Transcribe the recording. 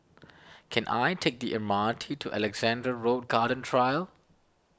can I take the M R T to Alexandra Road Garden Trail